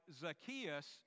Zacchaeus